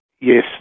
yes